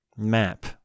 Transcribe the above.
map